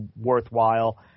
worthwhile